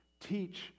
teach